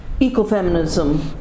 ecofeminism